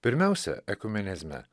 pirmiausia ekumenizme